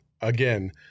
again